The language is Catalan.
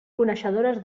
coneixedores